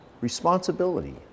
responsibility